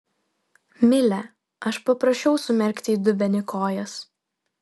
mile aš paprašiau sumerkti į dubenį kojas